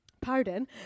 pardon